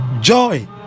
Joy